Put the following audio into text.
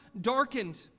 darkened